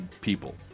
people